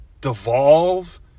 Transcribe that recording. devolve